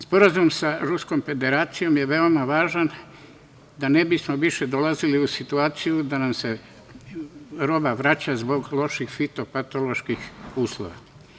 Sporazum sa Ruskom Federacijom je veoma važan da ne bismo više dolazili u situaciju da nam se roba vraća zbog loših fitopatoloških uslova.